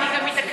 אני גם התעכבתי,